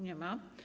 Nie ma.